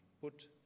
put